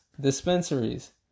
Dispensaries